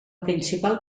principal